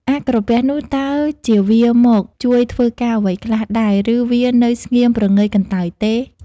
អាក្រពះនោះតើជាវាមក ជួយធ្វើការអ្វីខ្លះដែរ ឬវានៅស្ងៀមព្រងើយកន្តើយទេ ?